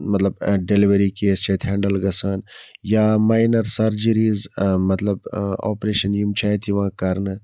مطلب delivery case چھِ اَتہِ ہٮ۪نٛڈٕل گَژھان یا ماینَر سَرجٕریٖز مطلب آپریشَن یِم چھِ اَتہِ یِوان کَرنہٕ